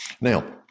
Now